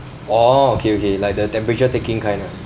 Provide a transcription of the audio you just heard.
oh okay okay like the temperature taking kind ah